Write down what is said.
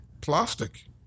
plastic